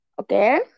Okay